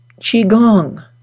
Qigong